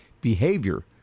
behavior